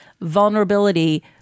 vulnerability